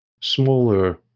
smaller